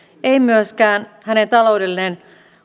ei myöskään hänen taloudellinen